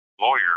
lawyer